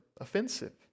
offensive